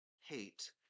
hate